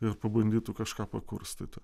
ir pabandytų kažką pakurstyti